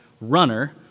runner